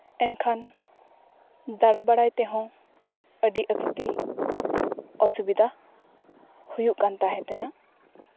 ᱮᱱᱠᱷᱟᱱ ᱫᱟᱬᱟ ᱵᱟᱲᱟᱭ ᱛᱮᱦᱚᱸ ᱟᱹᱰᱤ ᱡᱟᱹᱥᱛᱤ ᱚᱥᱩᱵᱤᱫᱟ ᱦᱩᱭᱩᱜ ᱠᱟᱱ ᱛᱟᱦᱮᱸ ᱠᱟᱱᱟ